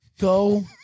Go